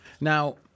Now—